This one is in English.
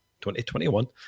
2021